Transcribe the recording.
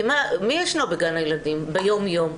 כי מי ישנו בגן הילדים ביום יום?